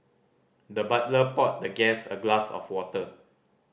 the butler poured the guest a glass of water